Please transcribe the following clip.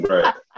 Right